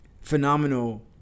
Phenomenal